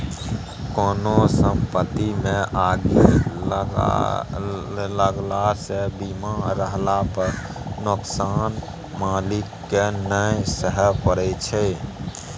कोनो संपत्तिमे आगि लगलासँ बीमा रहला पर नोकसान मालिककेँ नहि सहय परय छै